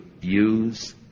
use